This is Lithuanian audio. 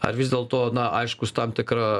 ar vis dėlto na aišku su tam tikra